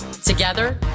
Together